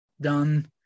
done